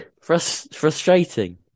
Frustrating